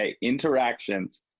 interactions